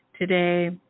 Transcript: today